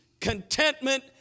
Contentment